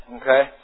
Okay